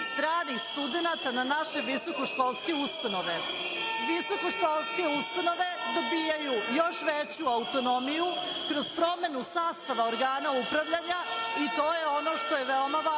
stranih studenata na naše visokoškolske ustanove. Visokoškolske ustanove dobijaju još veću autonomiju kroz promenu sastava organa upravljanja i to je ono što je veoma važno.